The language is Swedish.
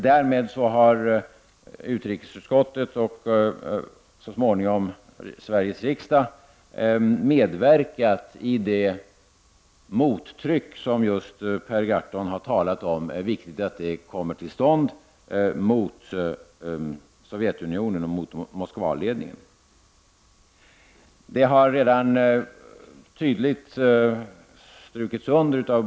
Därmed har utrikesutskottet — och så småningom Sveriges riksdag — medverkat till att det viktiga ”mottryck” mot Sovjetunionen och mot Moskvaledningen, som Per Gahrton har talat om, kommer till stånd.